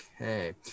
Okay